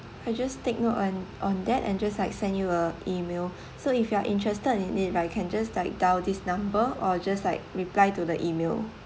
I just take note on on that and just like send you a email so if you are interested in it right you can just dial down this number or just like reply to the email